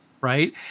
right